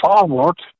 forward